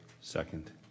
Second